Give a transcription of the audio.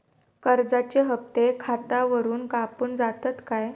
कर्जाचे हप्ते खातावरून कापून जातत काय?